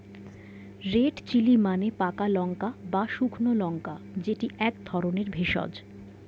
red chilli মানে পাকা লাল বা শুকনো লঙ্কা যেটি এক ধরণের ভেষজ